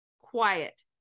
quiet